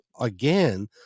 again